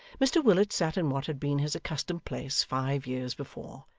mr willet sat in what had been his accustomed place five years before,